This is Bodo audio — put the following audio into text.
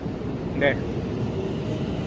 दे